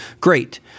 Great